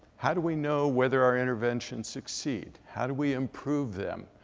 how do we know whether our interventions succeed? how do we improve them?